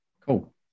cool